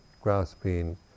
grasping